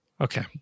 Okay